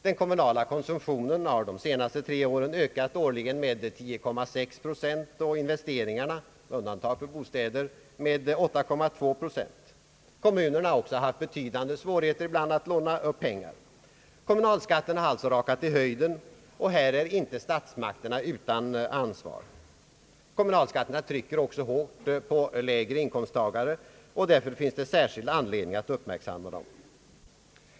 Den kommunala konsumtionen har de senaste tre åren ökat årligen med 10,6 Kommunerna har ibland också haft betydande svårigheter att låna upp pengar. Kommunalskatterna har alltså rakat i höjden, och här är inte statsmakterna utan ansvar. Kommunalskatterna trycker också hårt på lägre inkomsttagare, och därför finns det särskild anledning att uppmärksamma dem.